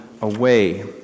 away